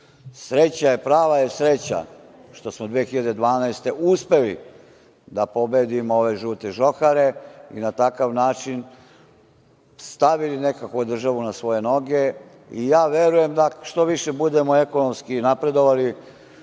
invalidima. Prava je sreća što smo 2012. godine uspeli da pobedimo ove žute žohare i na takav način stavili nekako državu na svoje noge. Ja verujem da što više budemo ekonomski napredovali,